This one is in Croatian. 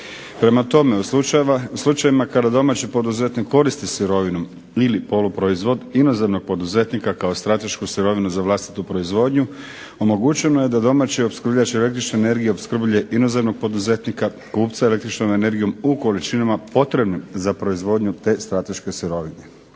Prema tome, u slučajevima kada domaći poduzetnik koristi sirovinu ili poluproizvod inozemnog poduzetnika kao stratešku sirovinu za vlastitu proizvodnju omogućeno je da domaći opskrbljivač elektične energije opskrbljuje inozemnog poduzetnika, kupca električnom energijom u količinama potrebnim za proizvodnju te strateške sirovine.